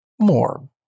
more